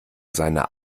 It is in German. seine